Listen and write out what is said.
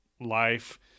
life